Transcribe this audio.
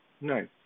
Nice